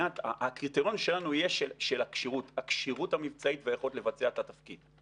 הקריטריון שלנו יהיה של הכשירות המבצעית והיכולת לבצע את התפקיד.